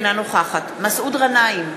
אינה נוכחת מסעוד גנאים,